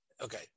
Okay